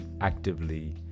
actively